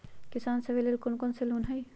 किसान सवे लेल कौन कौन से लोने हई?